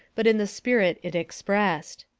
but in the spirit it expressed.